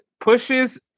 pushes